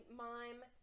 mime